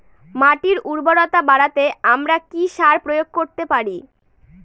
মাটির উর্বরতা বাড়াতে আমরা কি সার প্রয়োগ করতে পারি?